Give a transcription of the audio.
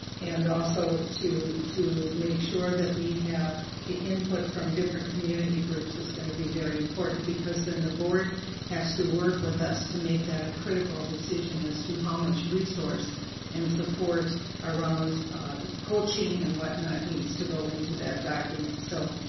and also to to make sure that we have the input from different community groups is going to be very important, because then the board has to work with us to make a critical decision as to how much resource and support around coaching and what not needs to go into that document. so,